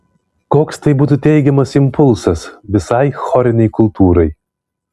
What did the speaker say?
koks tai būtų teigiamas impulsas visai chorinei kultūrai